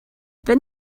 then